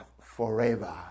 forever